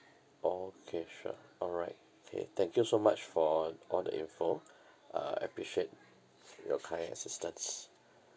okay sure alright okay thank you so much for all the info uh appreciate your kind assistance